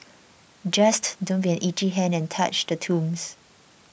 just don't be an itchy hand and touch the tombs